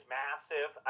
massive